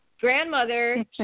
Grandmother